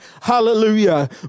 Hallelujah